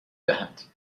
دهد